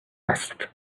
asked